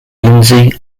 lindsay